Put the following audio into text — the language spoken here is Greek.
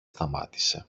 σταμάτησε